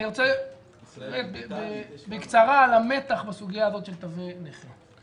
אני רוצה להגיד בקצרה על המתח בסוגיה הזאת של תגי נכה.